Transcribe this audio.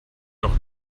noch